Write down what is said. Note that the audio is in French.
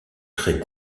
très